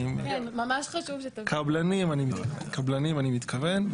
קבלנים אני מתכוון.